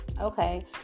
okay